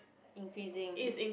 increasing